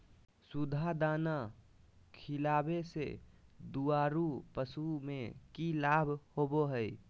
सुधा दाना खिलावे से दुधारू पशु में कि लाभ होबो हय?